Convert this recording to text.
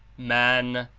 man,